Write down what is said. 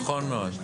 נכון מאוד.